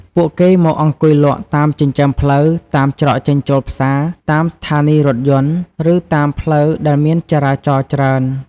ពួកគេមកអង្គុយលក់តាមចិញ្ចើមផ្លូវ តាមច្រកចេញចូលផ្សារ តាមស្ថានីយរថយន្ត ឬតាមផ្លូវដែលមានចរាចរច្រើន។